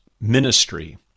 ministry